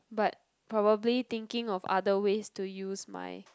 but probably thinking of other ways to use my